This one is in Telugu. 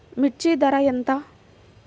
మిర్చి ధర ఎంత?